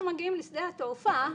אנחנו מגיעים לשדה התעופה: